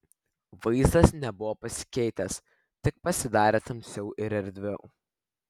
vaizdas nebuvo pasikeitęs tik pasidarė tamsiau ir erdviau